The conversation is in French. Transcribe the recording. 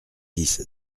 dix